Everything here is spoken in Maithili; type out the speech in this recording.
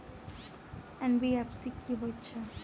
एन.बी.एफ.सी की हएत छै?